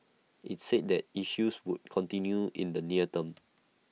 IT said that issues would continue in the near term